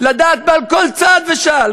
לדעת על כל צעד ושעל,